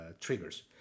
triggers